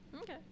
Okay